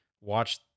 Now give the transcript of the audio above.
watch